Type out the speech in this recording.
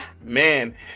Man